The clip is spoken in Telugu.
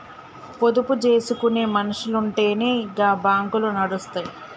పొదుపు జేసుకునే మనుసులుంటెనే గా బాంకులు నడుస్తయ్